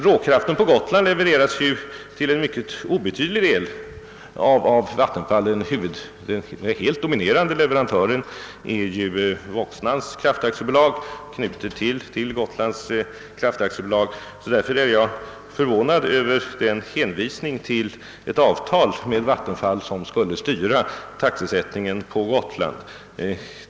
Råkraften på Gotland levereras ju till en mycket obetydlig del av Vattenfall. Den helt dominerande leverantören är Voxnans kraftaktiebolag, knutet till Gotlands Kraftverk. Därför är jag förvånad över hänvisningen till ett avtal med Vattenfall som skulle styra taxesättningen på Gotland.